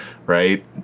right